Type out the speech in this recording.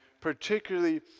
particularly